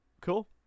Cool